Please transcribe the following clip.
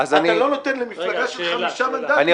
אתה לא נותן למפלגה של חמישה מנדטים את